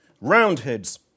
Roundheads